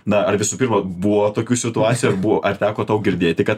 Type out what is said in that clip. na ar visų pirma buvo tokių situacijų ar buvo ar teko tau girdėti kad